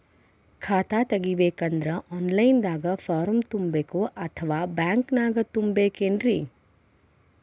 ಖಾತಾ ತೆಗಿಬೇಕಂದ್ರ online ದಾಗ ಫಾರಂ ತುಂಬೇಕೊ ಅಥವಾ ಬ್ಯಾಂಕನ್ಯಾಗ ತುಂಬ ಬೇಕ್ರಿ?